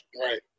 right